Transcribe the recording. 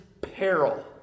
peril